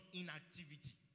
inactivity